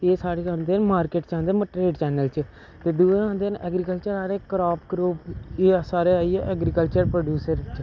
एह् साढ़े रौह्न्दे मार्किट च आंदे ट्रेड चैनल च ते दूआ आंदे न ऐग्रीकल्चर आरे क्रॉप क्रुप एह् सारे आई गे ऐग्रीकल्चर प्रोड्यूज च